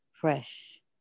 fresh